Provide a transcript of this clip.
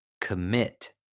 commit